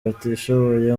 batishoboye